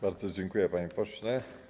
Bardzo dziękuję, panie pośle.